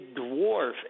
dwarf